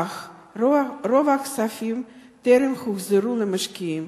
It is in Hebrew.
אך רוב הכספים טרם הוחזרו למשקיעים.